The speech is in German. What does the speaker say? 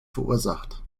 verursacht